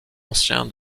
ancien